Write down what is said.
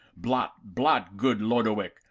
blot, blot, good lodowick!